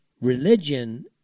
religion